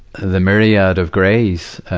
the myriad of grays,